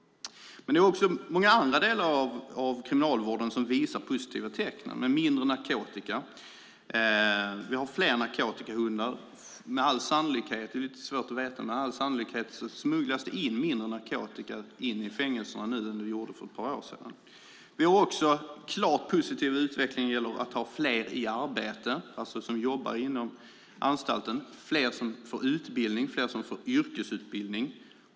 Men det är också många andra delar av kriminalvården som uppvisar positiva tecken. Det är mindre narkotika. Vi har fler narkotikahundar. Med all sannolikhet - det är lite svårt att veta exakt - smugglas det in mindre narkotika i fängelserna nu än för ett par år sedan. Det finns också en klart positiv utveckling när det gäller att ha fler i arbete, alltså inom anstalten. Det är fler som får utbildning och fler som får yrkesutbildning.